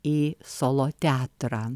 į solo teatrą